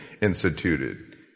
instituted